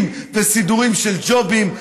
שיבוצים וסידורים של ג'ובים.